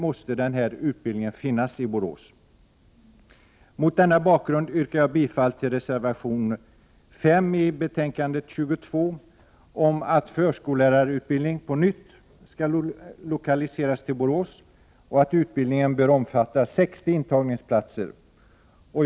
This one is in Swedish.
Mot denna bakgrund yrkar jag bifall till reservation 5 till betänkande 22 om att förskollärarutbildning på nytt skall lokaliseras till Borås och att utbildningen bör omfatta 60 intagningsplatser.